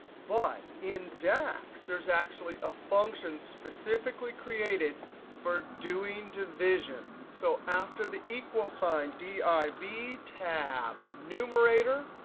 but in dax, there's actually a function specifically created for doing division. so after the equal sign, d i v, tab. numerator,